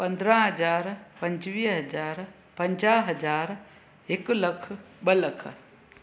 पंद्रहं हज़ार पंजुवीह व पंजाहु हज़ार हिकु लखु ॿ लख